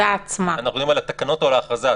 אנחנו מדברים על התקנות או על ההכרזה?